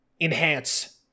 Enhance